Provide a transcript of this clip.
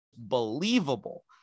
believable